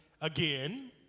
again